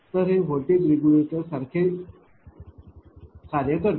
तर हे voltage regulator सारखे कार्य करते